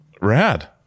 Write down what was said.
Rad